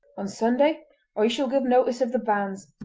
on sunday i shall give notice of the banns,